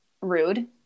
rude